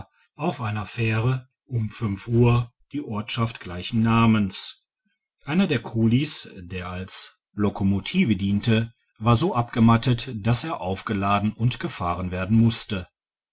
auf einer fähre um uhr die ortschaft gleichen namens einer der kulis der als locomotive bediente war so abgemattet dass er aufgeladen und gefahren werden musste